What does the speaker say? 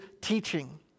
teaching